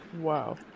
Wow